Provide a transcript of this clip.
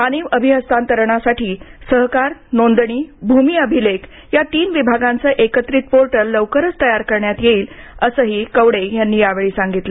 मानीव अभिहस्तांतरणासाठी सहकार नोंदणी भूमी अभिलेख या तीन विभागांचं एकत्रित पोर्टल लवकरच तयार करण्यात येईल असंही कवडे यांनी यावेळी सांगितलं